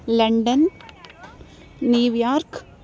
London New York